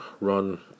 run